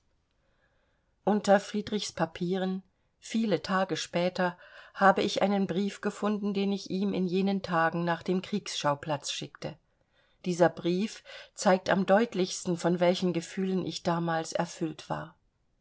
unter friedrichs papieren viele tage später habe ich einen brief gefunden den ich ihm in jenen tagen nach dem kriegsschauplatz schickte dieser brief zeigt am deutlichsten von welchen gefühlen ich damals erfüllt war